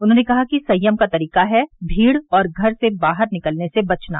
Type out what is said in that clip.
उन्होंने कहा कि संयम का तरीका है भीड़ और घर से बाहर निकलने से बचना